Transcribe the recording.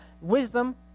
wisdom